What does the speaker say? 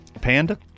Panda